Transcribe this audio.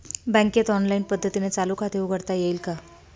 बँकेत ऑनलाईन पद्धतीने चालू खाते उघडता येईल का?